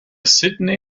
sydney